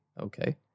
Okay